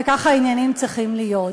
וכך העניינים צריכים להיות.